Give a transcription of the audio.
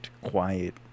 quiet